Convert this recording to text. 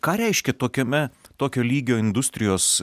ką reiškia tokiame tokio lygio industrijos